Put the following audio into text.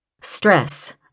Stress